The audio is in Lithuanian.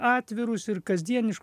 atvirus ir kasdieniškus